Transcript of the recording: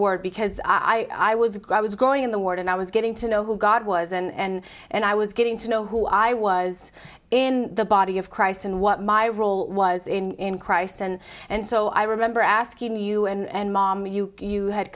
word because i was guy was going in the ward and i was getting to know who god was and and i was getting to know who i was in the body of christ and what my role was in christ and and so i remember asking you and mom you you had